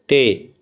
ਅਤੇ